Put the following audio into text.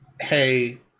hey